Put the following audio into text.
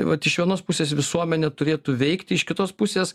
tai vat iš vienos pusės visuomenė turėtų veikti iš kitos pusės